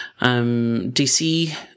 DC